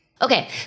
Okay